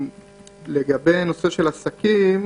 אליי, בג'דיידה פנו אליי.